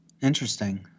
Interesting